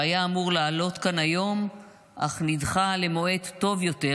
שהיה אמור לעלות כאן היום אך נדחה למועד טוב יותר,